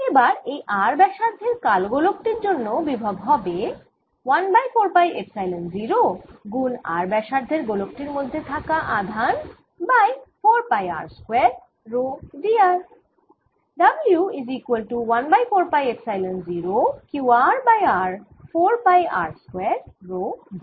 এবার এই r ব্যসার্ধের কালো গোলক টির জন্য বিভব হবে 1 বাই 4 পাই এপসাইলন 0 গুন r ব্যসার্ধের গোলক টির মধ্যে থাকা আধান by 4 pi r square rho dr